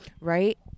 Right